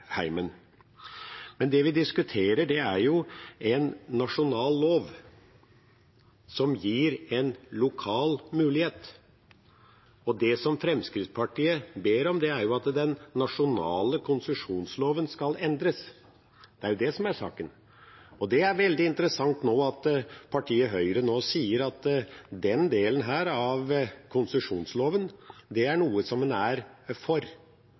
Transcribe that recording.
Men det vi diskuterer, er en nasjonal lov som gir en lokal mulighet, og det Fremskrittspartiet ber om, er at den nasjonale konsesjonsloven skal endres. Det er det som er saken. Det er veldig interessant at partiet Høyre nå sier at den delen av konsesjonsloven er noe en er for.